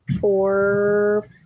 four